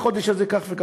בחודש הזה כך וכך,